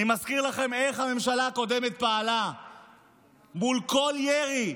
אני מזכיר לכם איך הממשלה הקודמת פעלה מול כל ירי,